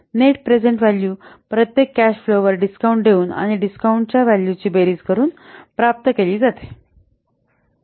net present value प्रत्येक cash फ्लोावर discount देऊन आणि डिस्काउंट च्या व्हॅल्यूची बेरीज करून प्राप्त केले जाते